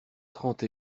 trente